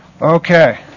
Okay